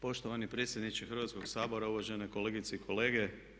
Poštovani predsjedniče Hrvatskoga sabora, uvažene kolegice i kolege.